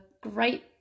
great